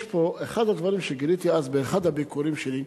אחד הדברים שגיליתי אז, באחד הביקורים שלי,